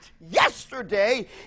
yesterday